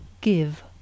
give